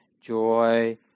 joy